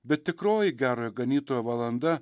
bet tikroji gerojo ganytojo valanda